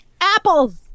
Apples